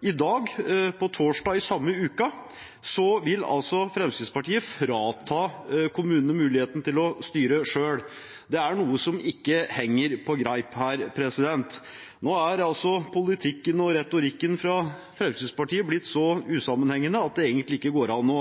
I dag, på torsdag i samme uke, vil altså Fremskrittspartiet frata kommunene muligheten til å styre selv. Det er noe som ikke henger på greip her. Nå er altså politikken og retorikken fra Fremskrittspartiet blitt så usammenhengende at det egentlig ikke går an